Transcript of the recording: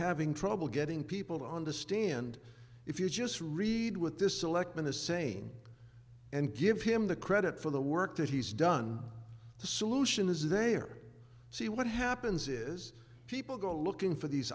having trouble getting people on the stand if you just read what this select in the same and give him the credit for the work that he's done the solution is there see what happens is people go looking for these